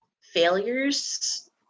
failures